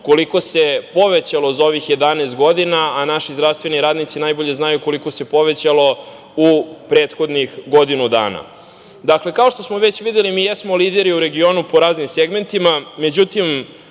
koliko se povećalo za ovih 11 godina, a naši zdravstveni radnici najbolje znaju koliko se povećalo u prethodnih godinu dana. Dakle, kao što smo već videli mi jesmo lideri u regionu po raznim segmentima, međutim